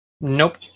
Nope